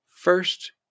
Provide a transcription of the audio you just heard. First